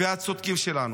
והצודקים שלנו.